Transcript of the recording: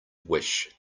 wish